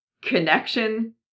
connection